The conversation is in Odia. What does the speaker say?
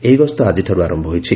ଏହି ଗସ୍ତ ଆଜିଠାରୁ ଆରମ୍ଭ ହୋଇଛି